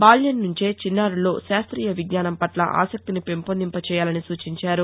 బాల్యం నుంచే చిన్నారుల్లో శాస్త్రియ విజ్ఞానం పట్ల ఆసక్తిని పెంపొందింప జేయాలని సూచించారు